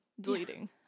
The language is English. deleting